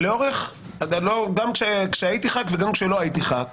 גם כשהייתי חבר כנסת וגם כשלא הייתי חבר כנסת